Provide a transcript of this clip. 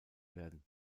werden